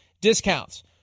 discounts